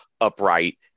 upright